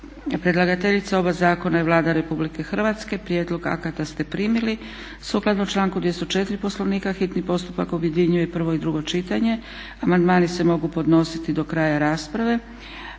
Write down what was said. Predlagateljica oba zakona je Vlada Republike Hrvatske. Prijedlog akata ste primili. Sukladno članku 204. Poslovnika hitni postupak objedinjuje prvo i drugo čitanje. Amandmani se mogu podnositi do kraja rasprave.